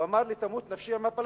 הוא אמר: תמות נפשי עם הפלסטינים.